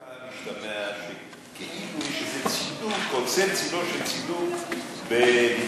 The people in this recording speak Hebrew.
אבל מדבריך משתמע שכאילו יש איזה צידוק או צל-צלו של צידוק לדקור,